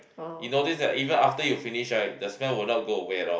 you notice that even after you finish right the smell would not go away at all